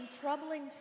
troubling